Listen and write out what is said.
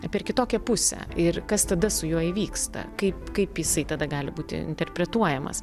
per kitokią pusę ir kas tada su juo įvyksta kaip kaip jisai tada gali būti interpretuojamas